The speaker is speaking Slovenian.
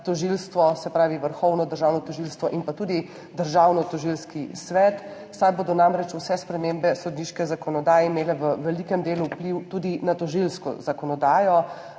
zbornica, Vrhovno državno tožilstvo in tudi Državnotožilski svet, saj bodo namreč vse spremembe sodniške zakonodaje imele v velikem delu vpliv tudi na tožilsko zakonodajo.